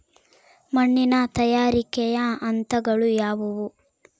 ಮಣ್ಣಿನ ತಯಾರಿಕೆಯ ಹಂತಗಳು ಯಾವುವು?